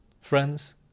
Friends